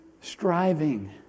striving